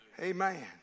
Amen